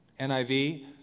NIV